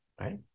Right